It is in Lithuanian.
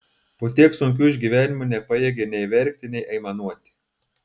po tiek sunkių išgyvenimų nepajėgė nei verkti nei aimanuoti